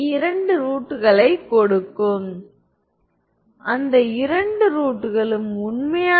A complex உள்ளீடுகளைக் கொண்டிருந்தால் இந்த ப்ரோபேர்ட்டி உண்மையல்ல